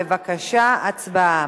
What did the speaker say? בבקשה, הצבעה.